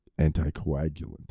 anticoagulant